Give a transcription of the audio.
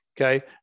okay